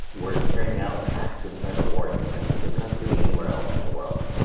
were carrying out acts of cyber war in ukraine that they were not doing anywhere else in the world.